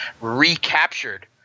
recaptured